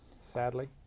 Sadly